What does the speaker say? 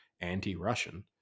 anti-Russian